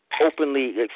openly